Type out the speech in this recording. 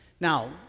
Now